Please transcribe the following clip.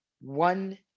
one